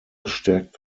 gestärkt